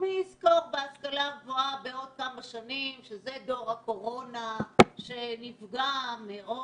מי יזכור בהשכלה הגבוהה בעוד כמה שנים שזה דור הקורונה שנפגע מאוד.